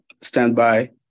standby